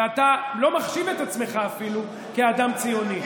ואתה לא מחשיב את עצמך אפילו כאדם ציוני.